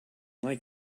like